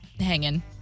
hanging